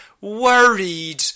worried